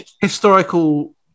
historical